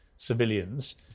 Civilians